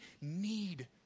need